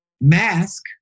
Mask